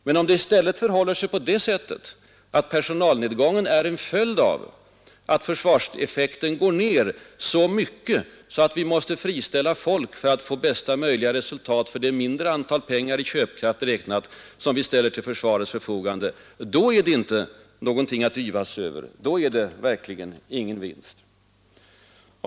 Men om det i stället förhåller sig på det sättet, att personalnedgången är en följd av att försvarseffekten går ner så mycket att vi måste friställa folk för att få någorlunda godtagbart resultat vid de lägre belopp i köpkraft räknat som vi ställer till försvarets förfogande, då är det inte någonting att yvas över — då är det verkligen inte fråga om någon vinst.